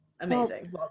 amazing